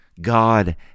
God